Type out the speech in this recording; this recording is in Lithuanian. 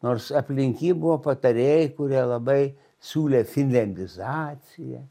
nors aplink jį buvo patarėjai kurie labai siūlė finliandizaciją